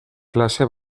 klase